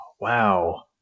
Wow